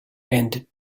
and